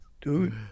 Dude